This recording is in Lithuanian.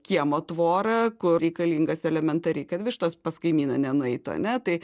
kiemo tvorą kur reikalingas elementariai kad vištos pas kaimyną nenueitų ane tai